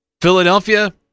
Philadelphia